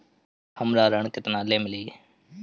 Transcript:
हमरा ऋण केतना ले मिली?